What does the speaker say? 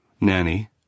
Nanny